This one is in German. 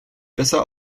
besser